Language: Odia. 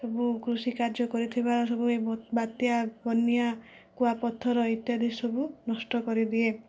ସବୁ କୃଷି କାର୍ଯ୍ୟ କରିଥିବା ସବୁ ବାତ୍ୟା ବନ୍ୟା କୂଆପଥର ଇତ୍ୟାଦି ସବୁ ନଷ୍ଟ କରିଦିଏ